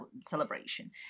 celebration